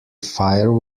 fire